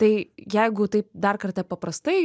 tai jeigu taip dar kartą paprastai